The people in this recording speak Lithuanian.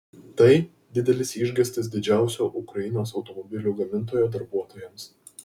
tai didelis išgąstis didžiausio ukrainos automobilių gamintojo darbuotojams